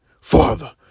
Father